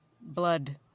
Blood